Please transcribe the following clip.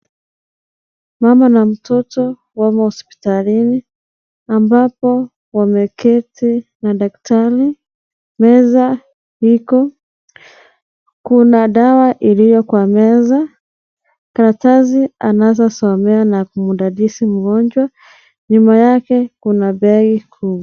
Mama na mtoto wamo hospitalini ambapo wameketi na daktari , meza iko, kuna dawa iliyo kwa meza , karatasi anazosomea na kudadisi mgonjwa. Nyuma yake kuna begi kubwa.